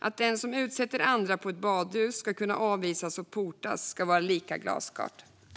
Att den som utsätter andra på ett badhus ska kunna avvisas och portas ska vara lika glasklart.